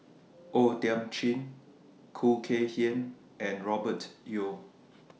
O Thiam Chin Khoo Kay Hian and Robert Yeo